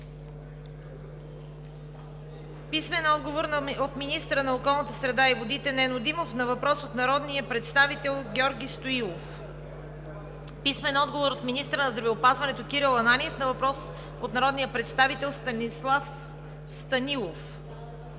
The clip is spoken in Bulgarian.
Димов Иванов; - министъра на околната среда и водите Нено Димов на въпрос от народния представител Георги Стоилов; - министъра на здравеопазването Кирил Ананиев на въпрос от народния представител Станислав Станилов;